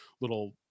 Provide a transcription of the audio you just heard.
little